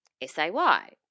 S-A-Y